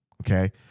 Okay